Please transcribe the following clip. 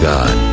God